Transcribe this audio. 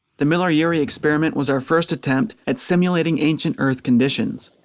the miller-urey experiment was our first attempt at simulating ancient earth conditions,